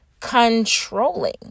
Controlling